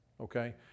okay